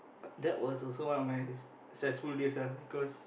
that was also one of my stressful days ah because